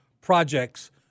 projects